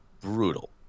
brutal